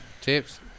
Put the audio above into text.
Tips